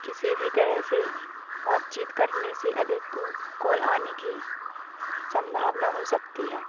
किसी भी तरह से बातचीत करने से अधिक कॉल आने की संभावना हो सकती है